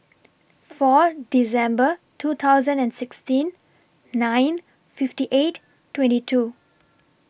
four December two thousand and sixteen nine fifty eight twenty two